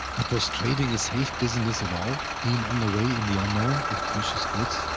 but was trading a safe business at all, being underway in the unknown with precious goods?